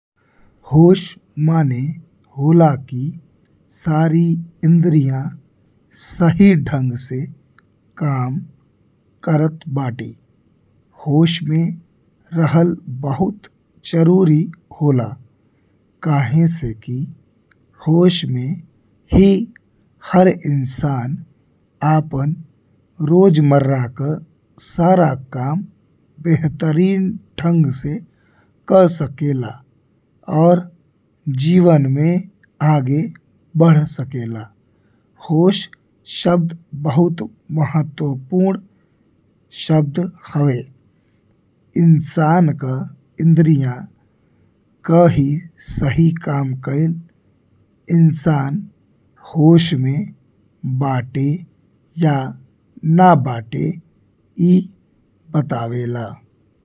होश माने होला कि सारी इंद्रियन सही ढंग से काम करत बाड़ी। होश में रहल बहुत जरूरी होला। काहें से कि होश में ही हर इंसान आपन रोजमर्रा का सारा काम बेहतर ढंग से का सकेला। और जीवन में आगे बढ़ सकेला। होश शब्द बहुत महत्वपूर्ण शब्द हवे। इंसान का इंद्रियन का ही सही काम कईल इंसान होश में बा़टे या न बा़टे ई बतावेला।